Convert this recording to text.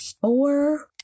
four